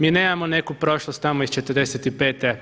Mi nemamo neku prošlost tamo iz '45.